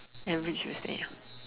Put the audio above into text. every Tuesday ah